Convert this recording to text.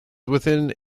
within